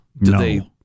No